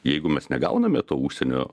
jeigu mes negauname to užsienio